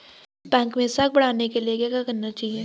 Bank मैं साख बढ़ाने के लिए क्या क्या करना चाहिए?